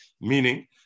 Meaning